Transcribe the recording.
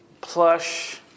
plush